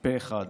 פה אחד.